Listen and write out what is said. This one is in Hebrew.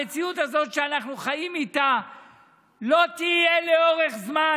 המציאות הזאת שאנחנו חיים איתה לא תהיה לאורך זמן.